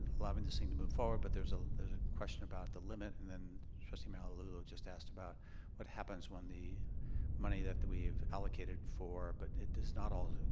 allowing this thing to move forward but there's ah there's a question about the limit and then trustee malauulu just asked about what happens when the money that we've allocated for but it does not all